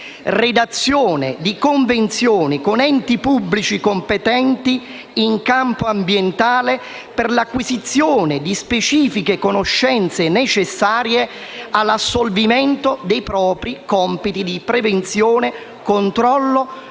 «redazione di convenzioni con enti pubblici competenti in campo ambientale per l'acquisizione di specifiche conoscenze necessarie all'assolvimento dei propri compiti di prevenzione, controllo